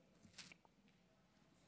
(הוראת שעה) (הגבלות על הפעלת שדות תעופה וטיסות) (תיקון מס'